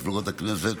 מפלגות הכנסת